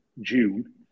June